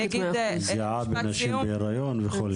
נשים בהיריון וכו'.